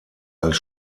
als